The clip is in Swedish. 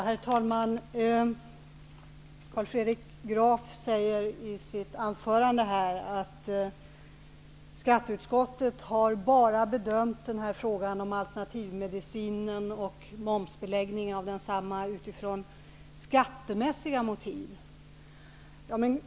Herr talman! Carl Fredrik Graf säger i sitt anförande att skatteutskottet bara har bedömt frågan om alternativmedicin och momsbeläggning av densamma utifrån skattemässiga motiv.